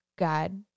god